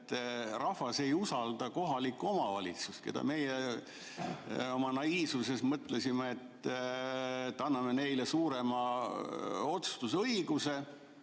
et rahvas ei usalda kohalikke omavalitsusi. Meie oma naiivsuses mõtlesime, et anname neile suurema otsustusõiguse,